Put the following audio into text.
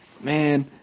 man